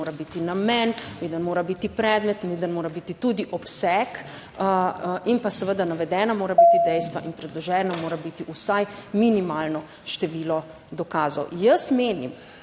mora biti namen, viden mora biti predmet, viden mora biti tudi obseg in pa seveda, navedena morajo biti dejstva in predloženo mora biti vsaj minimalno število dokazov. Jaz menim,